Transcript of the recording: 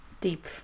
deep